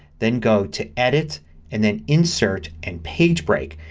then go to edit and then insert and page break.